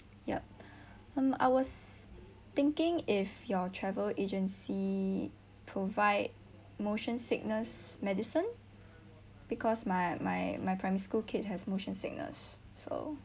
yup um I was thinking if your travel agency provide motion sickness medicine because my my my primary school kid has motion sickness so